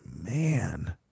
man